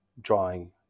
drawing